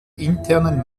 internen